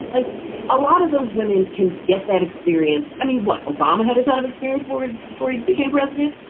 like a lot of those women can get that experience. i mean, what obama had a ton of experience with and before he became president.